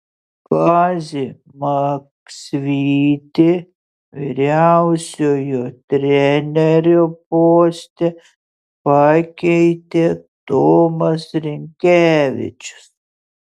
kazį maksvytį vyriausiojo trenerio poste pakeitė tomas rinkevičius